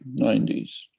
90s